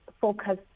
focus